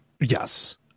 Yes